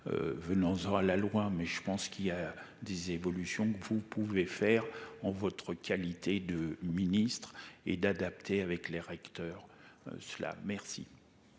Venant sera la loi mais je pense qu'il y a des évolutions que vous pouvez faire en votre qualité de ministre et d'adapter avec les recteurs, cela merci.